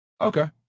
Okay